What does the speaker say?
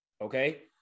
okay